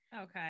Okay